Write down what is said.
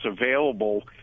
available